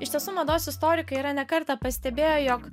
iš tiesų mados istorikai yra ne kartą pastebėję jog